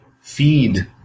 feed